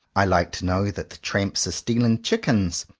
i like to know that tramps are stealing chickens,